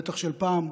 בטח של פעם,